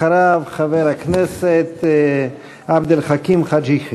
אחריו, חבר הכנסת עבד אל חכים חאג' יחיא.